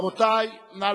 רבותי, נא